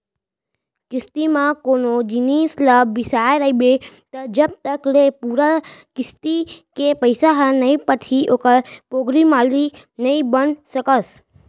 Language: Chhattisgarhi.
किस्ती म कोनो जिनिस ल बिसाय रहिबे त जब तक ले पूरा किस्ती के पइसा ह नइ पटही ओखर पोगरी मालिक नइ बन सकस